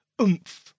oomph